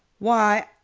why,